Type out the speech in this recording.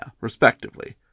respectively